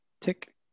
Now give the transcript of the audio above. tick